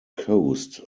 coast